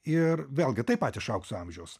ir vėlgi taip pat iš aukso amžiaus